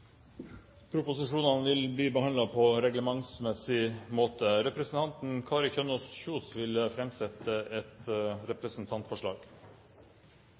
og vil ta sete. Representanten Kari Kjønaas Kjos vil framsette et representantforslag.